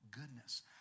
goodness